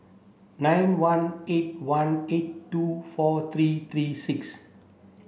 nine one eight one eight two four three three six